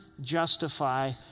justify